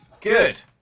Good